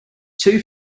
two